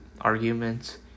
arguments